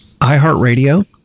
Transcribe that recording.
iHeartRadio